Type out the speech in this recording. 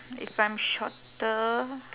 if I'm shorter